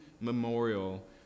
memorial